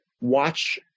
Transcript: watch